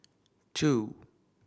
two